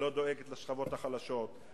שלא דואגת לשכבות החלשות,